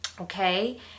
okay